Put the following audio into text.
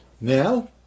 Now